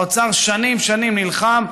האוצר שנים, שנים נלחם.